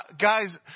Guys